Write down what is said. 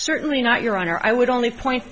certainly not your honor i would only point